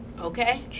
okay